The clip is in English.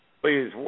Please